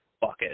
bucket